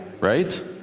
right